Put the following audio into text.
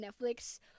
Netflix